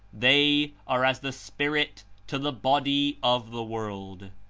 they are as the spirit to the body of the world.